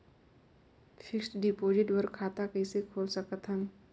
Fixed deposit बर खाता कइसे खोल सकत हन?